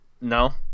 No